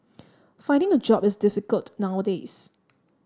finding a job is difficult nowadays